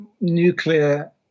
nuclear